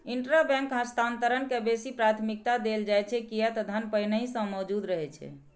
intrabank हस्तांतरण के बेसी प्राथमिकता देल जाइ छै, कियै ते धन पहिनहि सं मौजूद रहै छै